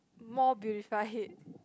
more beautify it